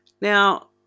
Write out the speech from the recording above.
Now